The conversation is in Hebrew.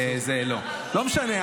לא משנה.